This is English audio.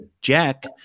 Jack